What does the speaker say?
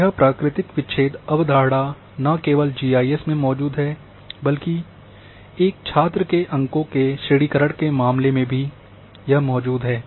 यह प्राकृतिक विच्छेद अवधारणा न केवल जी आई एस में मौजूद है बल्कि एक छात्र के अंकों के श्रेणीकरण के मामले में भी है